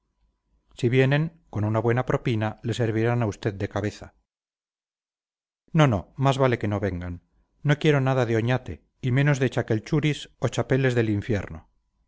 si vienen con una buena propina le servirán a usted de cabeza no no más vale que no vengan no quiero nada de oñate y menos de chaquelchuris o chapeles del infierno